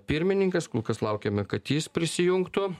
pirmininkas kol kas laukiame kad jis prisijungtų